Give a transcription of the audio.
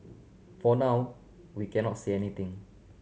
for now we cannot say anything